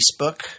Facebook